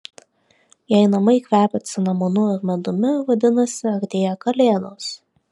jei namai kvepia cinamonu ir medumi vadinasi artėja kalėdos